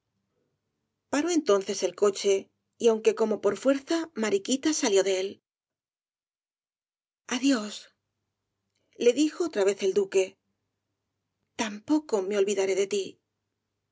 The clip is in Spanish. paró entonces el coche y aunque como por fuerza mariquita salió de él adiós le dijo otra vez el duque tampoco me olvidaré de ti